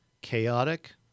chaotic